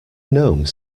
gnome